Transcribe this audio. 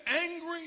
angry